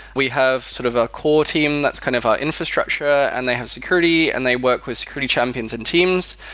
we have sort of a core team. that's kind of our infrastructure, and they have security and they work with security champions and teams.